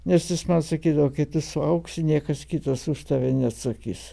nes jis man sakydavo kai tu suaugsi niekas kitas už tave neatsakys